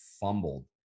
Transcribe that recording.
fumbled